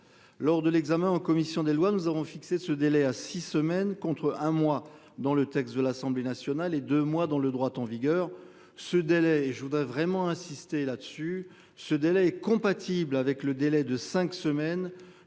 lors de l'examen en commission des lois, nous aurons fixé ce délai à six semaines contre un mois dans le texte de l'Assemblée nationale et de moi dans le droit en vigueur ce délai et je voudrais vraiment insister là-dessus. Ce délai est compatible avec le délai de 5 semaines